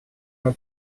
ему